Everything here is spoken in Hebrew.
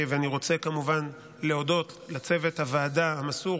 ואני רוצה כמובן להודות לצוות הוועדה המסור,